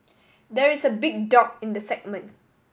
there is a big dog in the segment